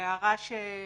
וההערה שפרופ'